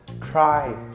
try